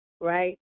right